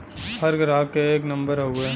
हर ग्राहक के एक नम्बर हउवे